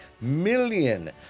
million